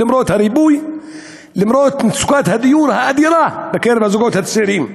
למרות הריבוי ולמרות מצוקת הדיור האדירה בקרב הזוגות הצעירים.